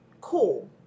Cool